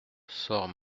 sort